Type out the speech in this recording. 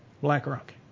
BlackRock